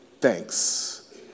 thanks